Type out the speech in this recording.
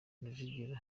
rujugiro